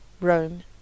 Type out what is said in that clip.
Rome